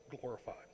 glorified